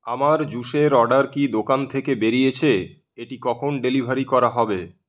আমার জুসের অর্ডার কি দোকান থেকে বেরিয়েছে এটি কখন ডেলিভারি করা হবে